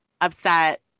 upset